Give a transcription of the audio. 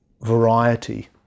variety